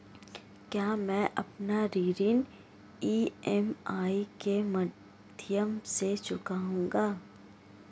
क्या मैं अपना ऋण ई.एम.आई के माध्यम से चुकाऊंगा?